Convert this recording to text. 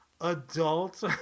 adult